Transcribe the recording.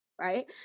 right